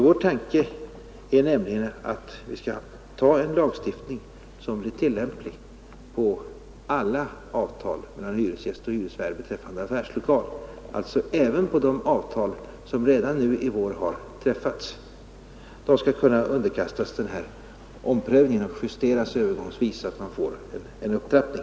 Vår tanke är nämligen att vi skall ta en lagstiftning, som blir tillämplig på alla avtal mellan hyresgäst och hyresvärd beträffande affärslokaler. De avtal som träffats i vår skall också kunna underkastas en omprövning och justeras övergångsvis så att man får en upptrappning.